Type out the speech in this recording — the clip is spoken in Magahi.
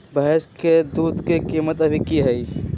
भैंस के दूध के कीमत अभी की हई?